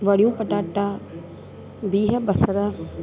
वड़ियूं पटाटा बिह बसर